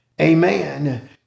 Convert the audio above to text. Amen